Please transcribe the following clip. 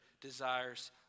desires